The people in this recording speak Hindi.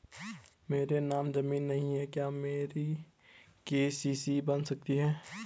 मेरे नाम ज़मीन नहीं है क्या मेरी के.सी.सी बन सकती है?